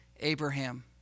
Abraham